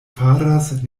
faras